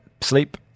Sleep